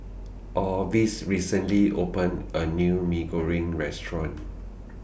Orvis recently opened A New Mee Goreng Restaurant